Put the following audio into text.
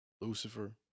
Lucifer